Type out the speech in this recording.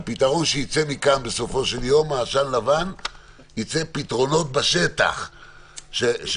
אבל בסופו של יום ייצאו מכאן פתרונות בשטח שבסופם